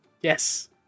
Yes